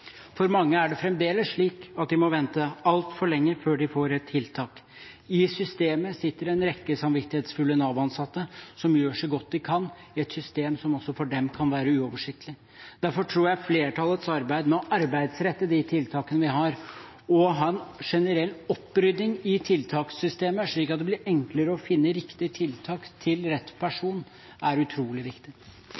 For mange er det fremdeles slik at de må vente altfor lenge før de får et tiltak. I systemet sitter det en rekke samvittighetsfulle Nav-ansatte som gjør så godt de kan, i et system som også for dem kan være uoversiktlig. Derfor tror jeg flertallets arbeid med å arbeidsrette de tiltakene vi har, og å ha en generell opprydding i tiltakssystemet, slik at det blir enklere å finne riktig tiltak til rett person, er utrolig viktig.